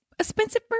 expensive